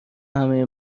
همه